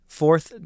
fourth